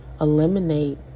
eliminate